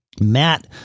Matt